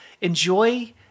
enjoy